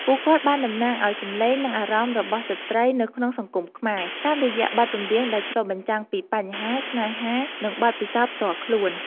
ពួកគាត់បានតំណាងឱ្យសំឡេង និងអារម្មណ៍របស់ស្ត្រីនៅក្នុងសង្គមខ្មែរ តាមរយៈបទចម្រៀងដែលឆ្លុះបញ្ចាំងពីបញ្ហា ស្នេហា និងបទពិសោធន៍ផ្ទាល់ខ្លួន។